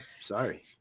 Sorry